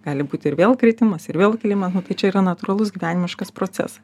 gali būt ir vėl kritimas vėl kilimas nu tai čia yra natūralus gyvenimiškas procesas